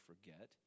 forget